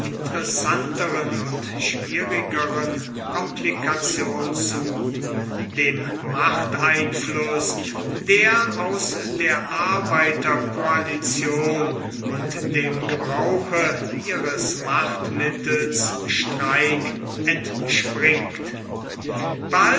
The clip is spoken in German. interessanteren und schwierigeren komplikation zu dem machteinfluß der aus der arbeiterkoalition und dem gebrauche ihres machtmittels streik entspringt